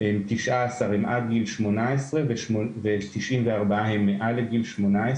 19 הם עד גיל 18, ו-94 הם מעל לגיל 18,